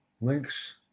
Links